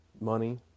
money